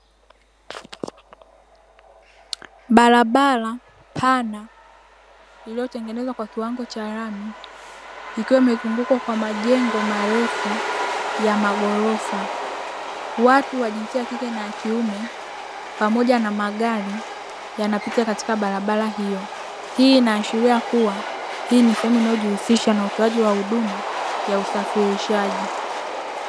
Barabara pana iliotengenezwa kwa kiwango cha rami, ikiwa imezungukwa kwa majengo marefu ya maghorofa, watu wajinsia ya kike na ya kiume pamoja na magari yanapitia katika barabara hiyo. Hii inashiria kuwa hili ni sehemu, inayo jihusisha na utoaji wa huduma ya usafirishaji.